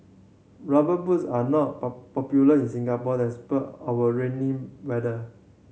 Rubber Boots are not popular in Singapore despite our rainy weather